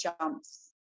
jumps